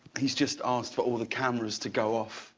he's just asked for all the cameras to go off,